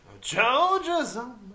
Georgia